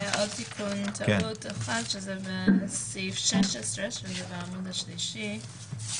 היה תיקון בסעיף 16, בעמוד השלישי.